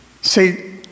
See